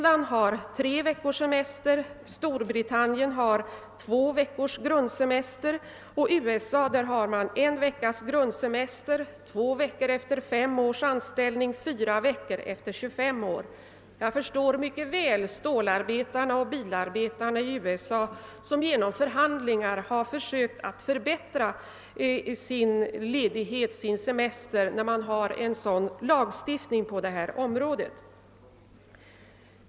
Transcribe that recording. På Island har man tre veckors semester, och i Storbritannien två veckors grundsemester; i USA har man en veckas grundsemester, två vec kors semester efter fem års anställning och fyra veckors semester efter 25 års anställning. Jag förstår mycket väl stålarbetarna och bilarbetarna i USA som genom förhandlingar har försökt att förbättra sin semester, när man har en sådan lagstiftning på detta område.